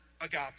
agape